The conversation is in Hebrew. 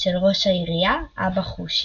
של ראש העירייה, אבא חושי.